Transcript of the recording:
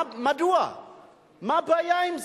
מה הבעיה עם זה?